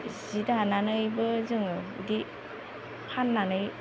जि दानानैबो जोङो बिदि फाननानै